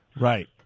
right